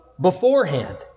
beforehand